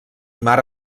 mare